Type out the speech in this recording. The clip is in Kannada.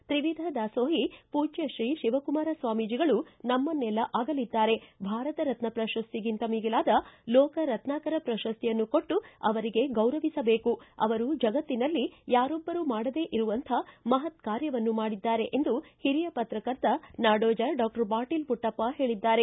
ತ್ರಿವಿಧ ದಾಸೋಹಿ ಪೂಜ್ವಶ್ರೀ ಶಿವಕುಮಾರ ಸ್ವಾಮೀಜಿಗಳು ನಮ್ಮನ್ನೆಲ್ಲ ಅಗಲಿದ್ದಾರೆ ಭಾರತರತ್ನ ಪ್ರಶಸ್ತಿಗಿಂತ ಮಿಗಿಲಾದ ಲೋಕ ರತ್ನಾಕರ ಪ್ರಶಸ್ತಿಯನ್ನು ಕೊಟ್ಟು ಅವರಿಗೆ ಗೌರವಿಸಬೇಕು ಅವರು ಜಗತ್ತಿನಲ್ಲಿ ಯಾರೊಬ್ಬರೂ ಮಾಡದೇ ಇರುವಂಥ ಮಹತ್ ಕಾರ್ಯವನ್ನು ಮಾಡಿದ್ದಾರೆ ಎಂದು ಹಿರಿಯ ಪತ್ರಕರ್ತ ನಾಡೋಜ ಡಾಕ್ಟರ್ ಪಾಟೀಲ್ ಪುಟ್ಟಪ್ಪ ಹೇಳಿದ್ದಾರೆ